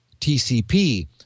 TCP